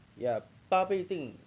ya 八倍镜